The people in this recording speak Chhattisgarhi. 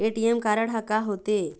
ए.टी.एम कारड हा का होते?